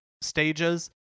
stages